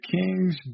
Kings